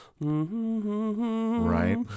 right